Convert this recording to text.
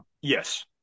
Yes